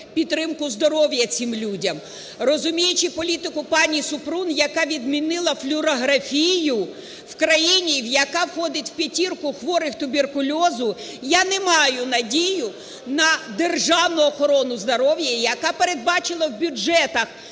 підтримку здоров'я цим людям.